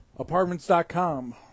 Apartments.com